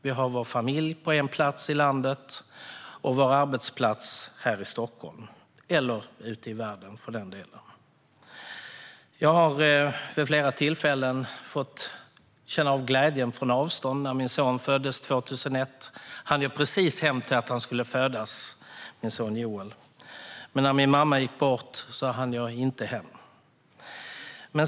Vi har vår familj på en plats i landet och vår arbetsplats här i Stockholm eller för den delen ute i världen. Själv har jag vid flera tillfällen fått känna glädje på avstånd. När min son Joel föddes 2001 hann jag precis hem. När min mamma gick bort hann jag inte hem.